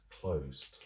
closed